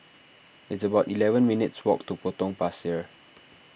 it's about eleven minutes' walk to Potong Pasir